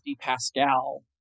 Pascal